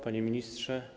Panie Ministrze!